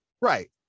Right